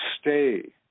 stay